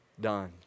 Done